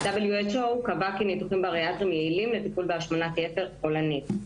ה-WHO קבע כי ניתוחים בריאטריים יעילים לטיפול בהשמנת יתר חולנית.